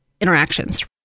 interactions